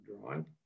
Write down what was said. drawing